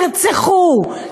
תרצחו,